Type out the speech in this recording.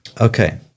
Okay